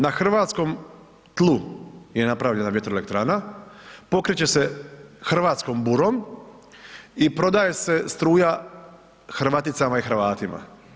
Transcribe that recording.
Na hrvatskom tlu je napravljena vjetroelektrana, pokreće se hrvatskom burom i prodaje se struja Hrvaticama i Hrvatima.